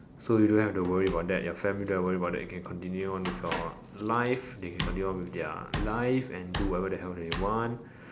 so you don't have to worry about that your family don't have to worry about that you can continue on with your life they can continue on with their life and do whatever the hell they want